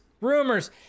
rumors